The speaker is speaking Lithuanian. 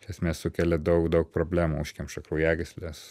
iš esmės sukelia daug daug problemų užkemša kraujagysles